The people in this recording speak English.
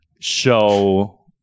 show